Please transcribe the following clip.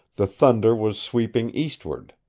the thunder was sweeping eastward.